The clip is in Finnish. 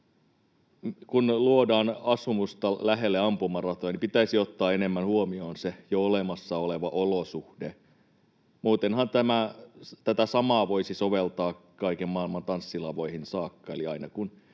ampumaratoja asumusten lähelle, niin pitäisi ottaa enemmän huomioon se jo olemassa oleva olosuhde. Muutenhan tätä samaa voisi soveltaa kaiken maailman tanssilavoihin saakka,